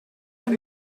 von